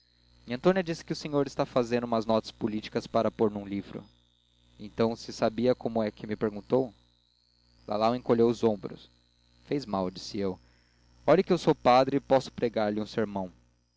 sérias nhãtônia disse que o senhor está aqui fazendo umas notas políticas para pôr num livro então se sabia como e que me perguntou lalau encolheu os ombros fez mal disse eu olhe que eu sou padre posso pregar-lhe um sermão